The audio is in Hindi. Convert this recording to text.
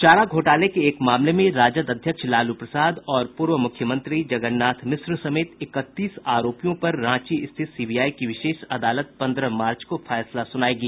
चारा घोटाले के एक मामले में राजद अध्यक्ष लालू प्रसाद और पूर्व मुख्यमंत्री जगन्नाथ मिश्र समेत इकतीस आरोपियों पर रांची स्थित सीबीआई की विशेष अदालत पन्द्रह मार्च को फैसला सुनायेगी